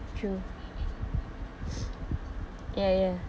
true ya ya